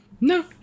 No